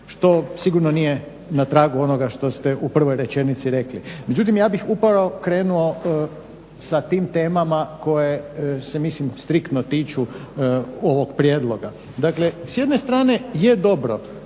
što sigurno nije na tragu onoga što ste u prvoj rečenici rekli. Međutim, ja bih upravo krenuo sa tim temama koje se mislim striktno tiču ovog prijedloga. Dakle, s jedne strane je dobro